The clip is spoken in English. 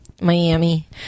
miami